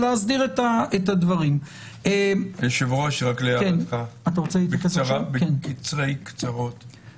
אם לא משנים את המצב של היחסים בין הכנסת לבית המשפט,